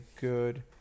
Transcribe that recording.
good